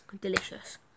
delicious